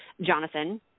Jonathan –